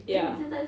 ya